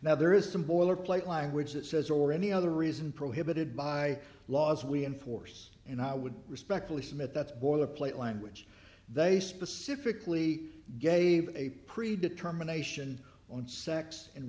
now there is some boilerplate language that says or any other reason prohibited by laws we enforce and i would respectfully submit that's boilerplate language they specifically gave a pre determination on sex and